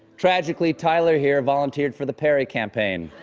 tragically tyler here volunteered for the perry campaign.